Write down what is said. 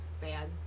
bad